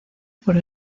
por